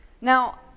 Now